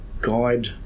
guide